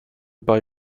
bei